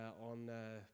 on